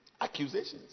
Accusations